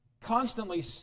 constantly